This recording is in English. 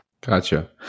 Gotcha